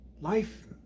life